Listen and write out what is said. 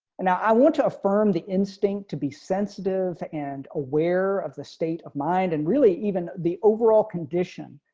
and now i want to affirm the instinct to be sensitive and aware of the state of mind and really even the overall condition.